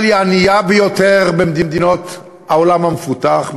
היא הענייה ביותר במדינות העולם המפותח,